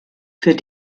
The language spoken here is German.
für